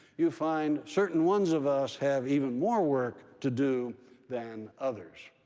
you find certain ones of us have even more work to do than others.